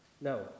No